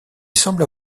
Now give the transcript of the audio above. semble